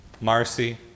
Marcy